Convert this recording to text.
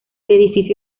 edificio